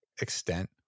extent